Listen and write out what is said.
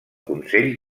consell